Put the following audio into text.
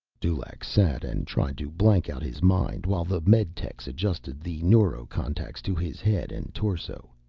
dulaq sat and tried to blank out his mind while the meditechs adjusted the neurocontacts to his head and torso.